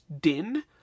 din